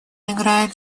играет